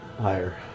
Higher